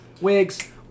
wigs